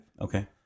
okay